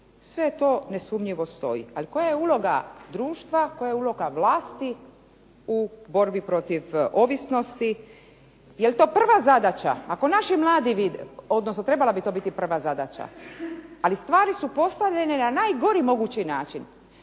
sve to nesumnjivo stoji. Ali koja je uloga društva, koja je uloga vlasti u borbi protiv ovisnosti? Je li to prva zadaća, ako naši mladi vide, odnosno trebala bi to biti prva zadaća, ali stvari su postavljene na najgori mogući način.